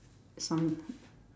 some